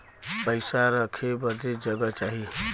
पइसा रखे बदे जगह चाही